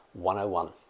101